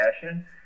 fashion